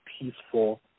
peaceful